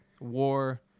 war